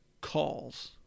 calls